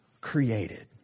created